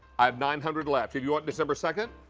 i have nine hundred left. if you want december second,